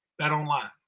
BetOnline